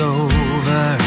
over